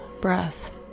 breath